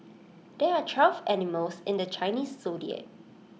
there are twelve animals in the Chinese Zodiac